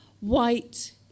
white